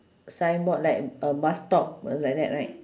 signboard like a bus stop like that right